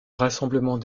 rassemblement